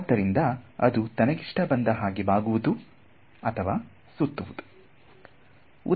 ಆದ್ದರಿಂದ ಅದು ತನಗಿಷ್ಟ ಬಂದ ಹಾಗೆ ಬಾಗುವುದು ಅಥವಾ ಸುತ್ತುವುದಿಲ್ಲ